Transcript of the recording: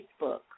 Facebook